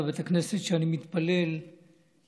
בבית הכנסת שאני מתפלל בו,